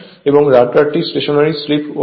এবং রটারটির stationary slip 1 হয়